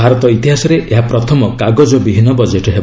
ଭାରତ ଇତିହାସରେ ଏହା ପ୍ରଥମ କାଗଜ ବିହୀନ ବଜେଟ୍ ହେବ